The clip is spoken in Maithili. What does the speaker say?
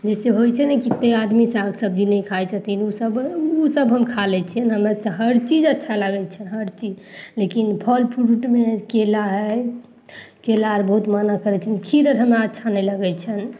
जैसे होइ छैने कि केते आदमी साग सब्जी नहि खाइ छथिन उ सब उ सब हम खा लै छियनि हमरा हर चीज अच्छा लागय छै हर चीज लेकिन फल फ्रूटमे केला हइ केला अर बहुत मना करय छनि खीर अर हमरा अच्छा नहि लगय छनि